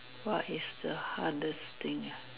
what is the hardest thing ya